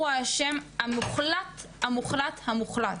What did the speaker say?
הוא האשם המוחלט המוחלט המוחלט.